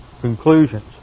conclusions